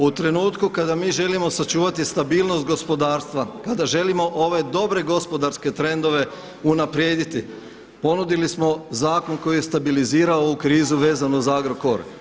U trenutku kada mi želimo sačuvati stabilnost gospodarstva, kada želim ove dobre gospodarske trendove unaprijediti ponudili smo zakon koji je stabilizirao ovu krizu vezano za Agrokor.